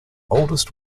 oldest